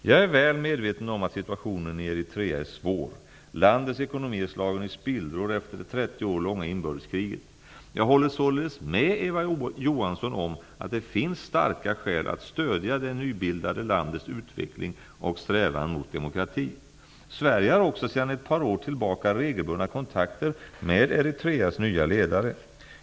Jag är väl medveten om att situationen i Eritrea är svår. Landets ekonomi är slagen i spillror efter det 30 år långa inbördeskriget. Jag håller således med Eva Johansson om att det finns starka skäl att stödja det nybildade landets utveckling och strävan mot demokrati. Sverige har också sedan ett par år tillbaka regelbundna kontakter med Eritreas nya ledare.